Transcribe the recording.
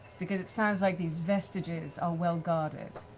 because it sounds like these vestiges are well-guarded.